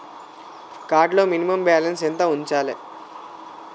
Card లో minimum balance ఎంత ఉంచాలే?